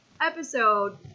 episode